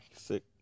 sick